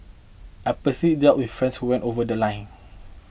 I've person dealt with friends who went over The Line